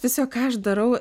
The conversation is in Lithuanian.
tiesiog ką aš darau